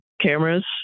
cameras